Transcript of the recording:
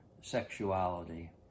sexuality